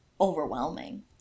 overwhelming